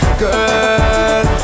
girl